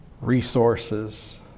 resources